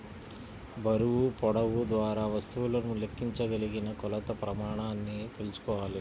బరువు, పొడవు ద్వారా వస్తువులను లెక్కించగలిగిన కొలత ప్రమాణాన్ని తెల్సుకోవాలి